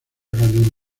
ganó